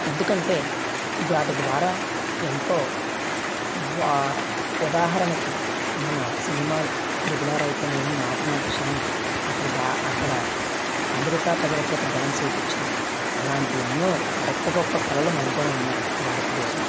ఎందుకంటే వాటి ద్వారా ఏంతో వా ఉదాహరణకి మన సినిమాలు త్రిబులార్ అయితే ఏమి నాటు నాటు సాంగ్ అక్కడ బాగా అక్కడ అమెరికా ప్రజల చేత డాన్స్ వేయించింది అలాంటి ఎన్నో గొప్ప గొప్ప కళలు మనతో ఉన్నాయి భారత దేశంలో